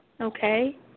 okay